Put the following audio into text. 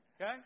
Okay